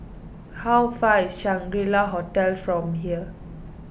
how far is Shangri La Hotel from here